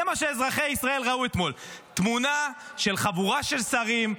זה מה שאזרחי ישראל ראו אתמול: תמונה של חבורה של שרים,